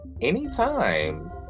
anytime